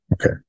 okay